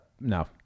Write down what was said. no